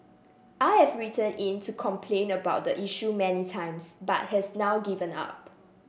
I've written in to complain about the issue many times but has now given up